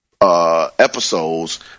episodes